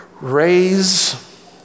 raise